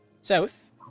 south